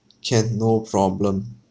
can no problem